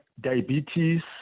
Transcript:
diabetes